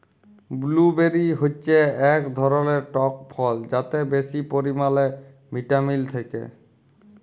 blueberry হচ্যে এক ধরলের টক ফল যাতে বেশি পরিমালে ভিটামিল থাক্যে